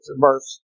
verse